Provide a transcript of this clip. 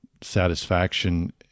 satisfaction